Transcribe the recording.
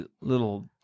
little